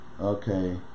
Okay